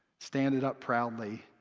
stand it up proudly,